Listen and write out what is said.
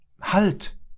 Halt